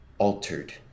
altered